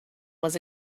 was